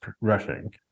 rushing